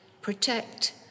protect